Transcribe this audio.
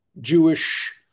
Jewish